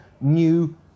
New